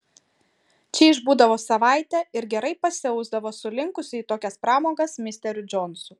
čia išbūdavo savaitę ir gerai pasiausdavo su linkusiu į tokias pramogas misteriu džonsu